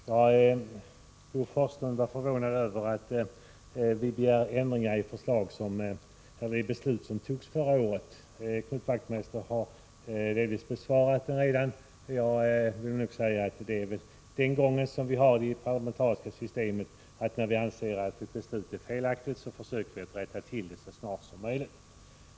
Fru talman! Bo Forslund var förvånad över att vi begär ändringar av ett beslut som fattades förra året. Knut Wachtmeister har delvis bemött detta redan. Jag vill bara säga att det är den arbetsgång som vi har i det parlamentariska systemet. När vi anser att ett beslut är felaktigt försöker vi att rätta till det så snart som möjligt.